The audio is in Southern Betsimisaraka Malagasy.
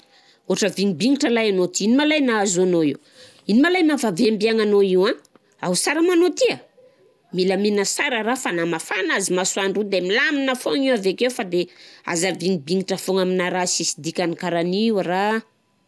Ohatrany vingimbingitra lahy anao ty, ino lahy nahazo anao io? Ino ma lahy mahaviambiagna anao io? An, ao sara ma anao ty a? Milamina sara raho fa na mafana aza i masoandro de milamina foana io avekeo fa de aza vingimbingitry aminà raha sisy dikany karan'io ra.